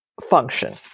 function